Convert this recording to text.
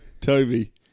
Toby